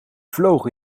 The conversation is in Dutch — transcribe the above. vlogen